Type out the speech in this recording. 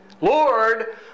Lord